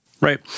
Right